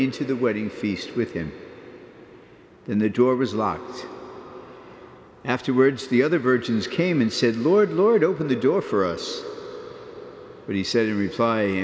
into the wedding feast with him and the door was locked afterwards the other virgins came and said lord lord open the door for us but he said in re